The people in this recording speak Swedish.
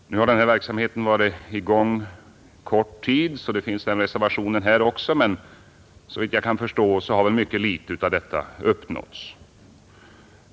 Nu har verksamheten varit i gång kort tid, så det finns den reservationen att göra här också, men såvitt jag kan förstå har mycket litet av detta uppnåtts.